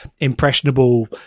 impressionable